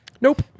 Nope